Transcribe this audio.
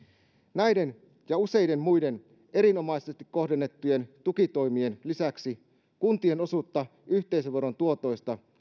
näiden ja useiden muiden erinomaisesti kohdennettujen tukitoimien lisäksi kuntien osuutta yhteisöveron tuotoista